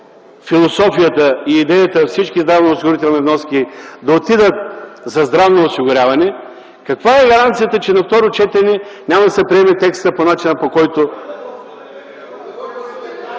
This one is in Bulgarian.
философията и идеята всички здравноосигурителни вноски да отидат за здравно осигуряване, каква е гаранцията, че на второ четене няма да се приеме текстът по начина, който...